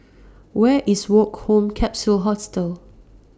Where IS Woke Home Capsule Hostel